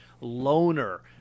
Loner